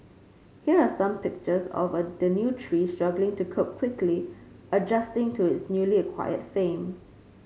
here are some pictures of a the new tree struggling to cope quickly adjusting to its newly acquired fame